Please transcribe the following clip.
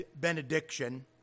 benediction